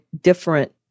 different